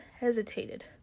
hesitated